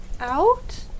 out